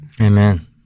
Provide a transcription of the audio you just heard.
Amen